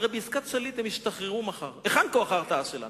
הרי הם ישתחררו מחר בעסקת שליט.